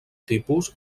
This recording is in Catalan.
tipus